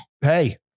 Hey